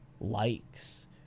likes